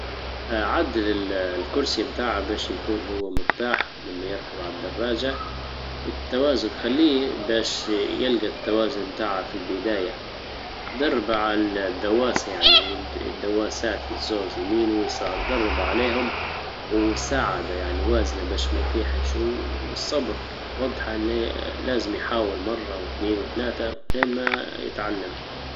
اعدل الكرسي بتاعه باش يكون هو مرتاح لما يركب على الدراجة التوازن خليه بس يلقى التوازن بتاعها في البداية الدواس يعني الدواسات الجوز يمين ويسار دربه عليهم وساعده يعني باش مايطيحش وشو والصبر لازم يحاول مرة واثنين وثلاثة لين ما يتعلم